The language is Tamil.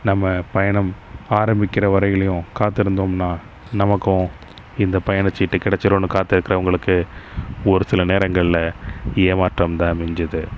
நம்ம பயணம் ஆரம்பிக்கிற வரையுலையும் காத்திருந்தோம்னா நமக்கும் இந்தப் பயணச் சீட்டு கிடைச்சிடும்னு காத்து இருக்கிறவங்களுக்கு ஒரு சில நேரங்களில் ஏமாற்றம் தான் மிஞ்சுது